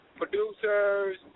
producers